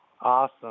Awesome